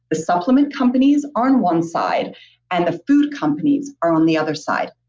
the supplement companies are on one side and the food companies are on the other side.